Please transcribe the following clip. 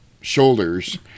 shoulders